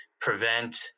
prevent